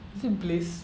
is it bliss